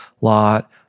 lot